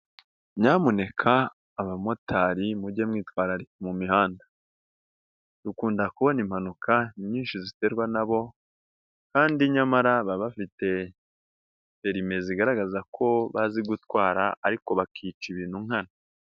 Nyamuneka abamotari mujye mwitwararika mu mihanda, dukunda kubona impanuka nyinshi ziterwa na bo kandi nyamara baba bafite perime zigaragaza ko bazi gutwara ariko bakica ibintu nkana.